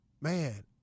Man